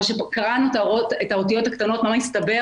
אבל כשקראנו את האותיות הקטנות הסתבר